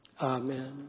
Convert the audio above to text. Amen